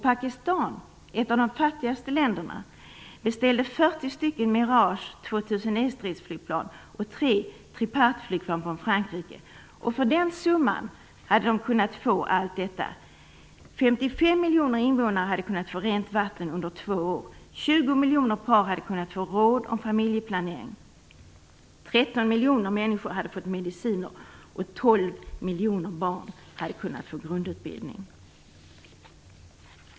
Pakistan, ett av de fattigaste länderna, beställde 40 Mirage 2000E stridsflygplan och tre Triparteflygplan från Frankrike, och för den summan hade 55 miljoner invånare kunnat få rent vatten under två år, 20 miljoner par hade kunnat få råd om familjeplanering, 13 miljoner människor kunde ha fått mediciner och 12 miljoner barn hade kunnat få grundutbildning.